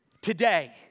today